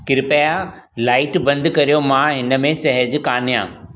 कृपया लाइट बंदि करियो मां हिनमें सहज कानि आहियां